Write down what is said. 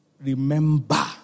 remember